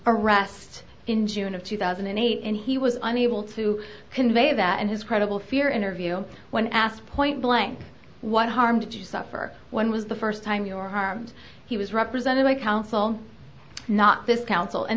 arrest in june of two thousand and eight and he was unable to convey that and his credible fear interview when asked point blank what harm did you suffer when was the first time your harmed he was represented by counsel not this coun